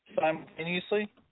simultaneously